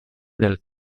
del